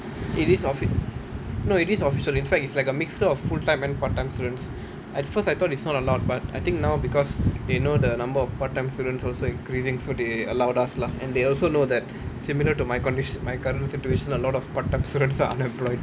it is offi~ no it is official in fact it's like a mixer of full time and part time students at first I thought it's not allowed but I think now because they know the number of part time students also increasing so they allowed us lah and they also know that similar to my condi~ my current situation a lot of part time students are unemployed